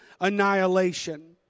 annihilation